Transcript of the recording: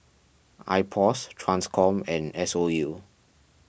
Ipos Transcom and S O U